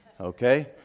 Okay